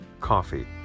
coffee